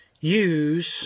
use